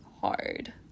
hard